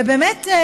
באמת,